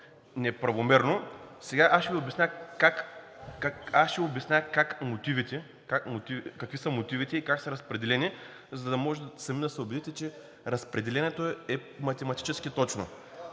неправомерно. Аз ще Ви обясня какви са мотивите и как са разпределени, за да можете сами да се убедите, че разпределението е математически точно.